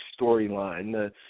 storyline